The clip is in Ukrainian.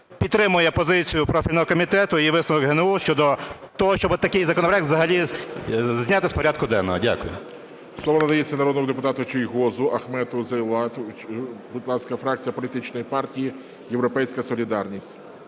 підтримує позицію профільного комітету і висновок ГНЕУ щодо того, щоб такий законопроект взагалі зняти з порядку денного. Дякую. ГОЛОВУЮЧИЙ. Слово надається народному депутату Чийгозу Ахтему Зейтуллайовичу, будь ласка. Фракція політичної партії "Європейська солідарність".